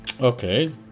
Okay